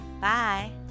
Bye